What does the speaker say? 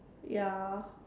ya